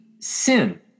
sin